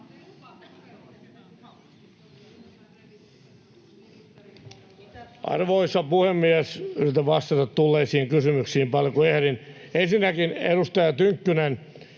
Arvoisa puhemies! Yritän vastata tulleisiin kysymyksiin niin paljon kuin ehdin. Ensinnäkin, edustaja Tynkkynen,